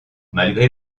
malgré